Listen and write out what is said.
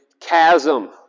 chasm